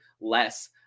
less